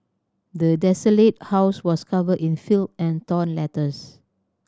the desolated house was covered in filth and torn letters